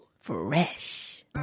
fresh